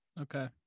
okay